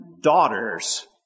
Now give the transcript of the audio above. daughters